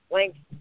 length